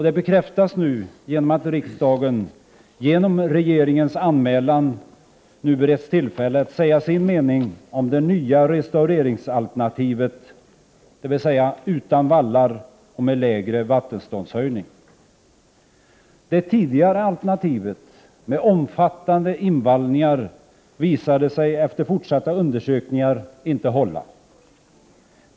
Det bekräftas genom att riksdagen genom regeringens anmälan nu har beretts tillfälle att säga sin mening om det nya restaureringsalternativet, dvs. utan vallar och med en mindre vattenståndshöjning. Det tidigare alternativet, med omfattande invallningar, visade sig vid fortsatta undersökningar inte hålla.